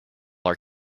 our